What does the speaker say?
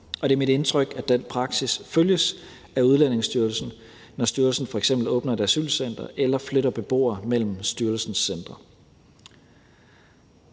Og det er mit indtryk, at den praksis følges af Udlændingestyrelsen, når styrelsen f.eks. åbner et asylcenter eller flytter beboere mellem styrelsens centre.